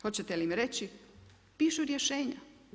Hoćete li reći, pišu rješenja.